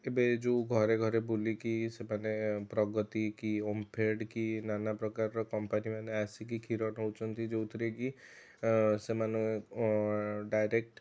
ଏବେ ଯେଉଁ ଘରେ ଘରେ ବୁଲିକି ସେମାନେ ପ୍ରଗତି କି ଓମ୍ଫେଡ୍ କି ନାନା ପ୍ରକାରର କମ୍ପାନୀମାନେ ଆସିକି କ୍ଷୀର ନେଉଛନ୍ତି ଯେଉଁଥିରେକି ସେମାନେ ଡ଼ାଇରେକ୍ଟ